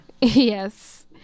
yes